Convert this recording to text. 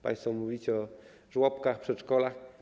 Państwo mówicie o żłobkach, przedszkolach.